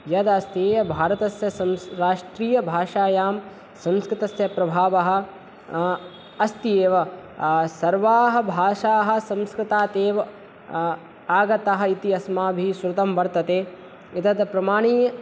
यद् अस्ति भारतस्य सं राष्ट्रियभाषायाम् संस्कृतस्य प्रभावः अस्ति एव सर्वाः भाषाः संस्कृतादेव आगताः इति अस्माभिः श्रुतम् वर्तते एतद् प्रमाणि